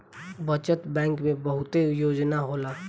बचत बैंक में बहुते योजना होला